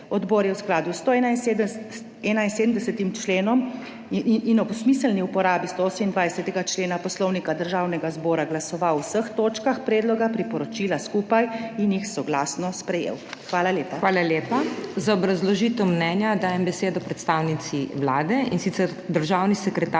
Odbor je v skladu s 171. členom in ob smiselni uporabi 128. člena Poslovnika Državnega zbora glasoval o vseh točkah predloga priporočila skupaj in jih soglasno sprejel. Hvala lepa. PODPREDSEDNICA MAG. MEIRA HOT: Hvala lepa. Za obrazložitev mnenja dajem besedo predstavnici Vlade, in sicer državni sekretarki